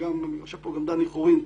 יושב פה גם דני חורין,